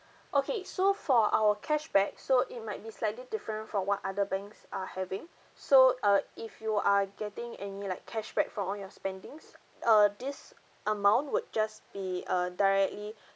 okay so for our cashback so it might be slightly different from what other banks are having so uh if you are getting any like cashback from all your spendings uh this amount would just be uh directly